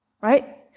Right